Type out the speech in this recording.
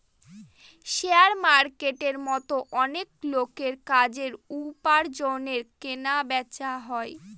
share মার্কেটের মতো অনেক লোকের কাজের, উপার্জনের কেনা বেচা হয়